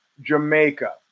Jamaica